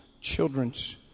children's